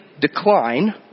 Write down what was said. decline